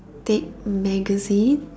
take magazine